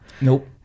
nope